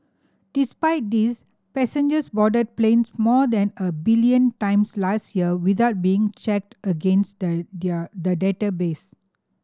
despite this passengers boarded planes more than a billion times last year without being checked against their their the database